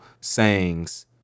sayings